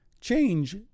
Change